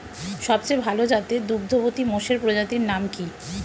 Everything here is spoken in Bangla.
সবচেয়ে ভাল জাতের দুগ্ধবতী মোষের প্রজাতির নাম কি?